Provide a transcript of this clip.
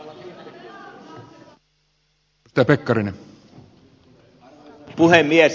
arvoisa puhemies